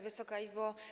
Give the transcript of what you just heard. Wysoka Izbo!